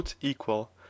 equal